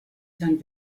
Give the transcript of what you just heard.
sein